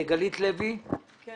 אני